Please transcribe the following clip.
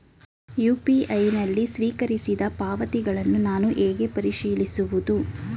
UPI ನಲ್ಲಿ ಸ್ವೀಕರಿಸಿದ ಪಾವತಿಗಳನ್ನು ನಾನು ಹೇಗೆ ಪರಿಶೀಲಿಸುವುದು?